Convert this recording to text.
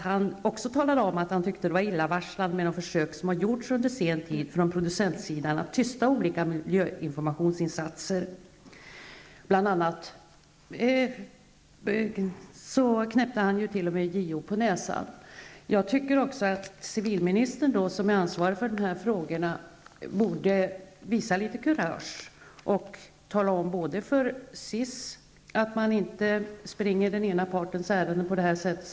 Han talade även om att han fann de försök illavarslande som producentsidan har gjort under senare tid att tysta olika miljöinformationsinsatser. Bl.a. knäppte han t.o.m. JO på näsan. Civilministern, som är ansvarig för dessa frågor, bör visa litet kurage och tala om för SIS att man inte springer den ena partens ärenden på detta sätt.